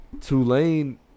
Tulane